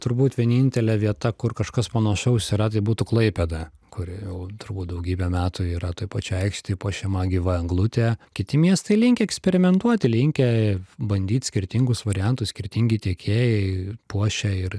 turbūt vienintelė vieta kur kažkas panašaus yra tai būtų klaipėda kur jau turbūt daugybę metų yra toj pačioj aikštėj puošiama gyva eglutė kiti miestai linkę eksperimentuoti linkę bandyt skirtingus variantus skirtingi tiekėjai puošia ir